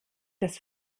das